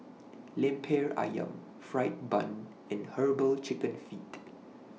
Lemper Ayam Fried Bun and Herbal Chicken Feet